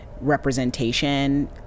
representation